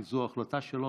כי זו החלטה שלו,